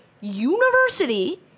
university